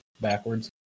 backwards